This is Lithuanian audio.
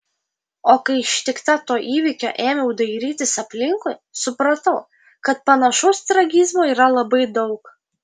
o kai ištikta to įvykio ėmiau dairytis aplinkui supratau kad panašaus tragizmo yra labai daug